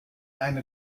eine